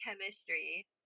Chemistry